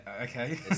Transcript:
okay